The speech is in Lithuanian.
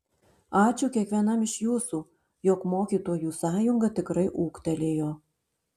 ačiū kiekvienam iš jūsų jog mokytojų sąjunga tikrai ūgtelėjo